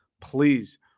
please